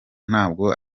ntabwo